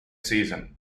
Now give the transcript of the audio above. season